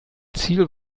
ziel